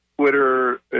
Twitter